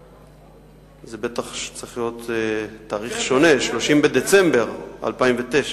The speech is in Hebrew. זה בטח צריך להיות תאריך שונה, 30 בדצמבר 2009,